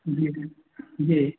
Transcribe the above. जी जी